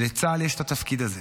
ולצה"ל יש את התפקיד הזה.